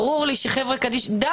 אם